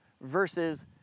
versus